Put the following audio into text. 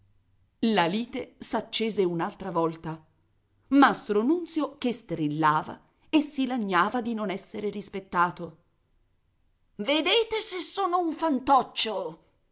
la lite s'accese un'altra volta mastro nunzio che strillava e si lagnava di non esser rispettato vedete se sono un fantoccio